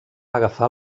agafar